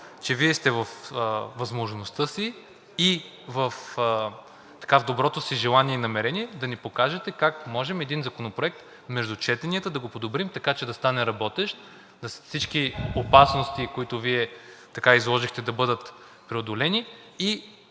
че Вие сте във възможността си и в доброто си желание и намерение да ни покажете как можем един законопроект между четенията да го подобрим, така че да стане работещ и всички опасности, които изложихте, да бъдат преодолени.